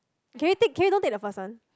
can we take can we don't take the first one